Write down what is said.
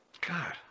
God